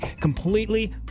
Completely